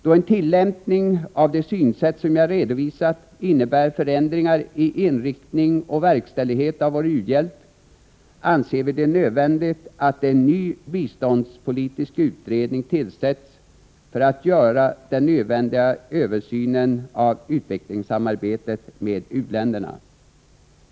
Då en tillämpning av det synsätt som jag redovisat innebär förändringar i inriktning och verkställighet av vår u-hjälp anser vi det nödvändigt att en ny biståndspolitisk utredning tillsätts för att göra den nödvändiga översynen av utvecklingssamarbetet med u-länderna.